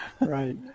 Right